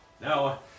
Now